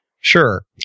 Sure